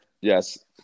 Yes